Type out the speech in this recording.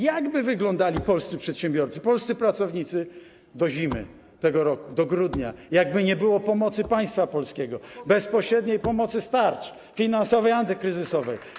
Jak by wyglądali polscy przedsiębiorcy, polscy pracownicy do zimy tego roku, do grudnia, gdyby nie było pomocy państwa polskiego, bezpośredniej pomocy z tarcz finansowej i antykryzysowej?